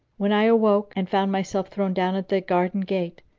when i awoke and found myself thrown down at the garden gate,